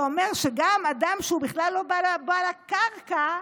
שאומרת שגם אדם שהוא בכלל לא בעל הקרקע,